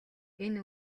энэ